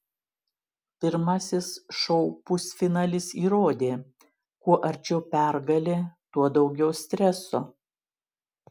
pirmasis šou pusfinalis įrodė kuo arčiau pergalė tuo daugiau streso